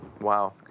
Wow